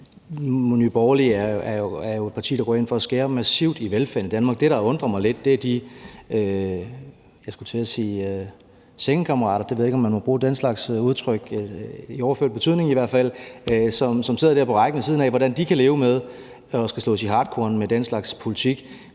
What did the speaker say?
Nye Borgerlige er jo et parti, der går ind for at skære massivt i velfærden i Danmark. Det, der undrer mig lidt, er, at de, jeg skulle til at sige sengekammerater – jeg ved ikke, om man må bruge den slags udtryk – i overført betydning i hvert fald, som sidder der på rækken ved siden af, kan leve med at skulle slås i hartkorn med den slags politik.